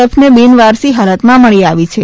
એફને બિનવારસી હાલતમાં મળી આવી છે